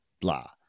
blah